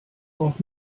auch